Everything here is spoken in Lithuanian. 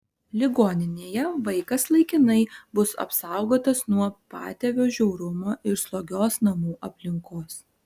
ligoninėje vaikas laikinai bus apsaugotas nuo patėvio žiaurumo ir slogios namų aplinkos